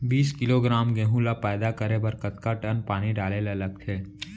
बीस किलोग्राम गेहूँ ल पैदा करे बर कतका टन पानी डाले ल लगथे?